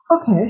Okay